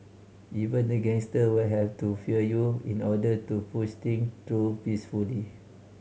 even the gangster will have to fear you in order to push thing through peacefully